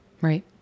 Right